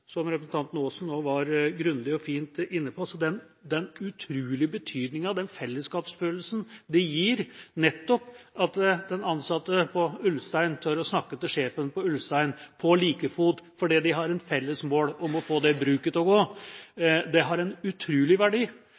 som representanten Aasen nå var grundig og godt inne på – den utrolige betydningen det har, den fellesskapsfølelsen det gir at den ansatte på Ulstein tør å snakke til sjefen på like fot fordi de har et felles mål om å få det bruket til å gå. Det har en utrolig verdi.